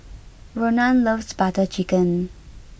Ronan loves Butter Chicken